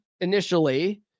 initially